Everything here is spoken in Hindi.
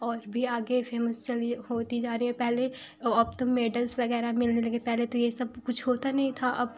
और भी आगे फेमस होती जा रही हैं पहले अब तो मेडल्स वगेरह मिलने लगे पहले तो ये सब कुछ होता नही था अब